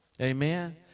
Amen